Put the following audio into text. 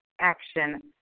action